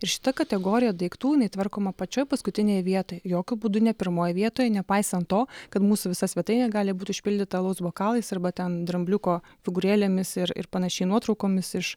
ir šita kategorija daiktų jinai tvarkoma pačioj paskutinėj vietoj jokiu būdu ne pirmoj vietoj nepaisant to kad mūsų visa svetainė gali būt užpildyta alaus bokalais arba ten drambliuko figūrėlėmis ir ir panašiai nuotraukomis iš